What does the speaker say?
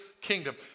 kingdom